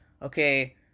Okay